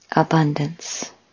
Abundance